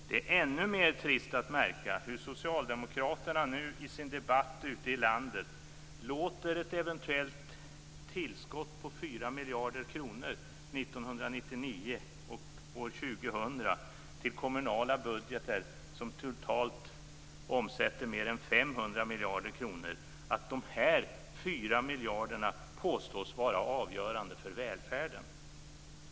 Det är än mera trist att märka hur Socialdemokraterna nu i sin debatt ute i landet tillåter ett eventuellt tillskott på 4 miljarder kronor år 1999 och år 2000 till kommunala budgetar som totalt omsätter mer än 500 miljarder kronor. De här 4 miljarderna påstås vara avgörande för välfärden.